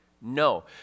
no